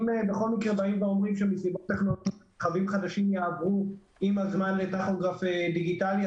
אם בכל מקרה באים ואומרים שרכבים חדשים יעברו עם הזמן לטכוגרף דיגיטלי,